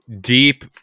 deep